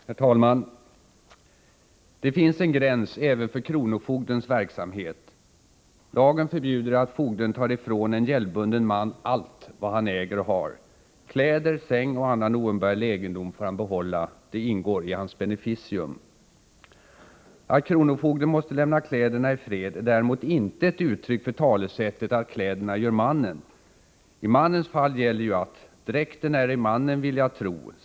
Herr talman! Det finns en gräns även för kronofogdens verksamhet. Lagen förbjuder att fogden tar ifrån en gäldbunden man allt vad han äger och har. Kläder, säng och annan oumbärlig egendom får han behålla; det ingår i hans beneficium. Att kronofogden måste lämna kläderna i fred är däremot inte ett uttryck för talesättet att ”kläderna gör mannen”. I mannens fall gäller ju att ”dräkten är ej mannen, vill jag tro.